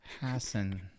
Hassan